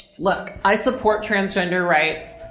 look, i support transgender rights.